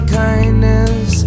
kindness